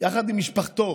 יחד עם משפחתו